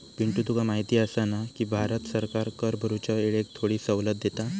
पिंटू तुका माहिती आसा ना, की भारत सरकार कर भरूच्या येळेक थोडी सवलत देता